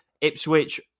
Ipswich